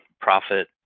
profit